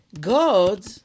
God